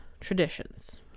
traditions